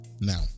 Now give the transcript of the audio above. now